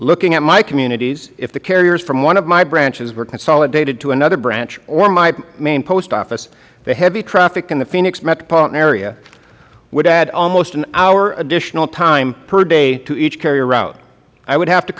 looking at my communities if the carriers from one of my branches were consolidated to another branch or my main post office the heavy traffic in the phoenix metropolitan area would add almost an hour additional time per day to each carrier route i would have to